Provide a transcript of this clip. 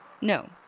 No